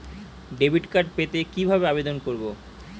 Debit card পেতে কিভাবে আবেদন করব?